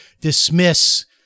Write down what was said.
dismiss